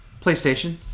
PlayStation